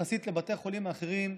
יחסית לבתי החולים האחרים,